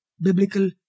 biblical